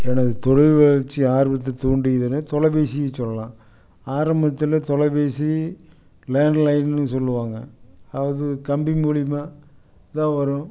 எனது தொழில் வளர்ச்சி ஆர்வத்தை தூண்டியதுன்னு தொலைப்பேசியை சொல்லலாம் ஆரம்பத்தில் தொலைப்பேசி லேண்ட்லைன்னு சொல்லுவாங்க அது கம்பி மூலியமாக தான் வரும்